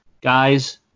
guys